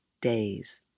days